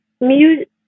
music